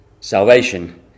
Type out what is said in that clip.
Salvation